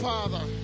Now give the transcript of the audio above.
Father